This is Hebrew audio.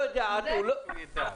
אני אסביר.